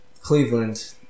Cleveland